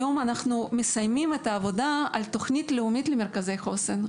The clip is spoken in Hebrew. היום אנחנו מסיימים את העבודה על תוכנית לאומית למרכזי חוסן.